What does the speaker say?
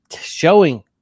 showing